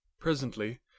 Presently